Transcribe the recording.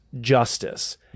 justice